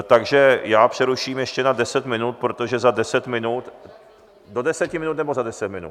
Takže já přeruším ještě na deset minut, protože za deset minut do deseti minut, nebo za deset minut?